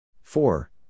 four